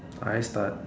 I start